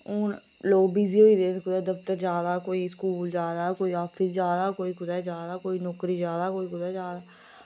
हुन लोक बिजी होई दे कुतै दफ्तर जां दा कोई स्कूल जा दा कोई आफिस जा दा कोई कुतै जा दा कोई नौकरी जा दा कोई कुतै जा दा